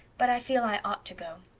but i feel i ought to go.